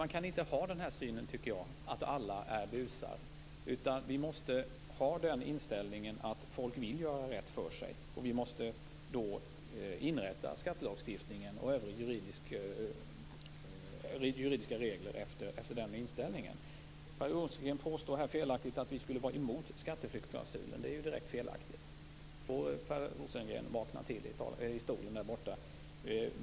Jag tycker inte att man kan ha den synen att alla är busar, utan vi måste ha den inställningen att folk vill göra rätt för sig. Vi måste grunda skattelagstiftningen och övriga juridiska regler på den inställningen. Per Rosengren påstår här felaktigt att vi skulle vara emot skatteflyktsklausulen. Det är direkt felaktigt. Nu får Per Rosengren vakna till i sin bänk.